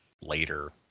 later